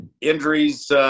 injuries